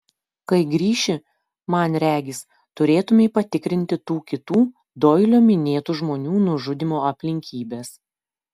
kai grįši man regis turėtumei patikrinti tų kitų doilio minėtų žmonių nužudymo aplinkybes